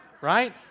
right